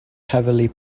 heavily